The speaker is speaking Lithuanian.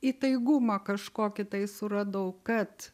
įtaigumą kažkokį tai suradau kad